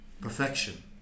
perfection